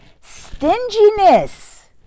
Stinginess